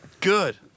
Good